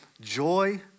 joy